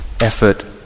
effort